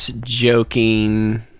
joking